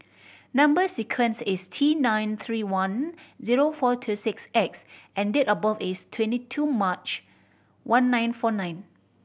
number sequence is T nine three one zero four two six X and date of birth is twenty two March one nine four nine